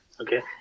okay